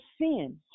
sin